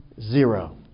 zero